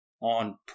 on